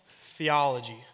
theology